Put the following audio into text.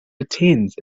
retains